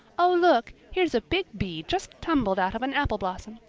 oh, look, here's a big bee just tumbled out of an apple blossom.